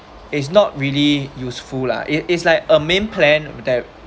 it's not really useful lah it it's like a main plan that